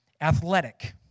athletic